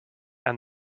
and